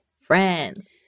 Friends